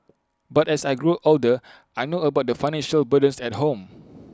but as I grew older I know about the financial burdens at home